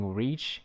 reach